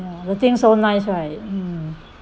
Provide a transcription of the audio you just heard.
ya the thing so nice right